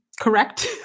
correct